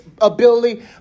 ability